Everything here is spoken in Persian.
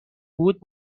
بود